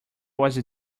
was